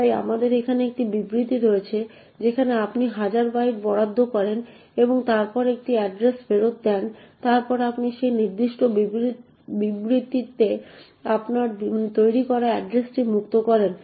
তাই আমাদের এখানে একটি বিবৃতি রয়েছে যেখানে আপনি হাজার বাইট বরাদ্দ করেন এবং তারপরে একটি এড্রেস ফেরত দেন তারপর আপনি এই নির্দিষ্ট বিবৃতিতে আপনার তৈরি করা এড্রেসটি মুক্ত করেন